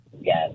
Yes